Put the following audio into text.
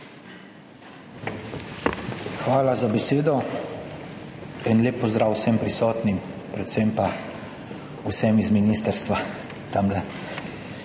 Hvala za besedo. Lep pozdrav vsem prisotnim, predvsem pa vsem z ministrstva!